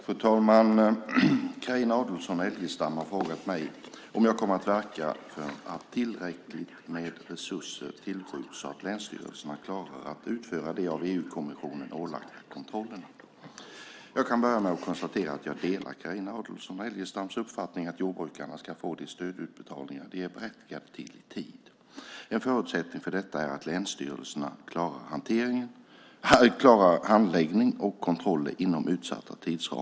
Fru talman! Carina Adolfsson Elgestam har frågat mig om jag kommer att verka för att tillräckligt med resurser tillskjuts, så att länsstyrelserna klarar att utföra de av EU-kommissionen ålagda kontrollerna. Jag kan börja med att konstatera att jag delar Carina Adolfsson Elgestams uppfattning att jordbrukarna ska få de stödutbetalningar de är berättigade till i tid. En förutsättning för detta är att länsstyrelserna klarar handläggning och kontroller inom utsatta tidsramar.